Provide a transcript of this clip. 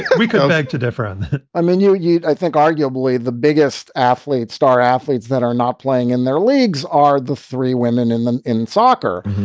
we could make a difference i mean you, you i think arguably the biggest athlete star athletes that are not playing in their leagues are the three women in them in soccer.